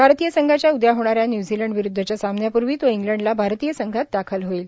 भारतीय संघाच्या उद्या होणाऱ्या न्यूझीलंडविरुदधच्या सामन्यापूर्वी तो इंग्लंडला भारतीय संघात दाखल होईल